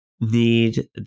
need